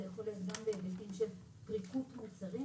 זה יכול להיות גם בהיבטים של "פריקות מוצרים",